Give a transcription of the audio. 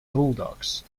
bulldogs